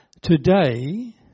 Today